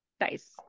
Nice